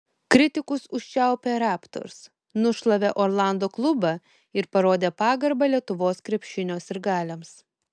kritikus užčiaupę raptors nušlavė orlando klubą ir parodė pagarbą lietuvos krepšinio sirgaliams